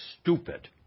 stupid